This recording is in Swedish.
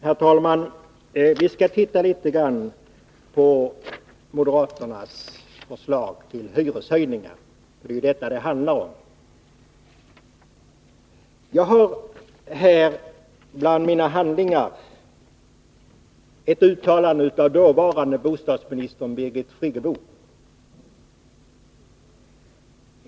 Herr talman! Vi skall titta litet grand på moderaternas förslag till hyreshöjningar — det är ju detta det handlar om. Jag har här bland mina handlingar ett uttalande av förutvarande bostadsministern Birgit Friggebo.